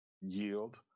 yield